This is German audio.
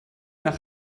nach